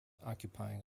occupying